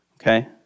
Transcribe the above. okay